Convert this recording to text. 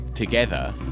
together